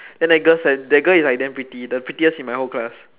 then that girl's like the girl is like damn pretty the prettiest in my whole class